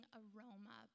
aroma